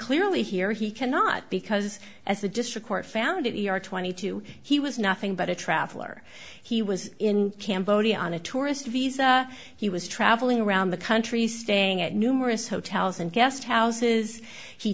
clearly here he cannot because as the district court found it you are twenty two he was nothing but a traveler he was in cambodia on a tourist visa he was traveling around the country staying at numerous hotels and guest